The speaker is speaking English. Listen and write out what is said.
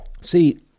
See